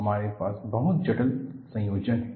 हमारे पास बहुत जटिल संयोजन है